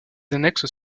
annexes